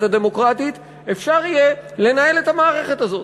הדמוקרטית יהיה אפשר לנהל את המערכת הזאת,